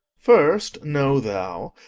first know thou,